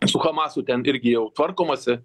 su hamasu ten irgi jau tvarkomasi